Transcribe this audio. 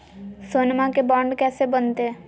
सोनमा के बॉन्ड कैसे बनते?